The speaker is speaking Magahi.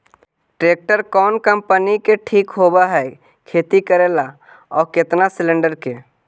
ट्रैक्टर कोन कम्पनी के ठीक होब है खेती ल औ केतना सलेणडर के?